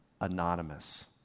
anonymous